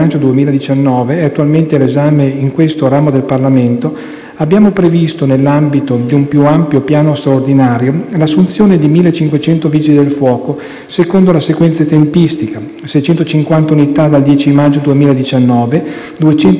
abbiamo previsto, nell'ambito di un più ampio piano straordinario, l'assunzione di 1.500 Vigili del fuoco secondo la seguente tempistica: 650 unità dal 10 maggio 2019, 200 unità dal 1° settembre 2019 e 650 unità